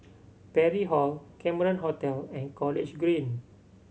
Parry Hall Cameron Hotel and College Green